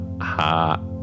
ha